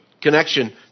connection